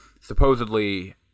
Supposedly